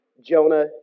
Jonah